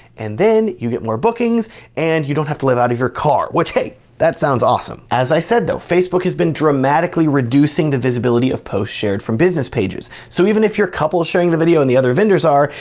and then you get more bookings and you don't have to live out of your car, which hey! that sounds awesome. as i said though, facebook has been dramatically reducing the visibility of posts shared from business pages. so even if your couple is sharing the video and the other vendors are,